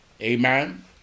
amen